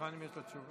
תבחן אם יש לה תשובה.